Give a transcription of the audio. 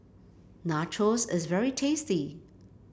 nachos is very tasty